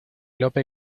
lope